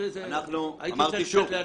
אני צריך שתהיה